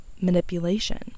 manipulation